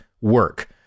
work